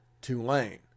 Tulane